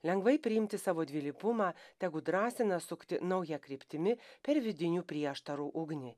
lengvai priimti savo dvilypumą tegu drąsina sukti nauja kryptimi per vidinių prieštarų ugnį